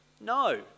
No